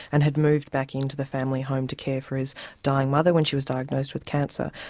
and had moved back into the family home to care for his dying mother when she was diagnosed with cancer.